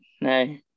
No